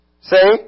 See